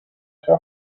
her